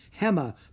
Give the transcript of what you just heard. Hema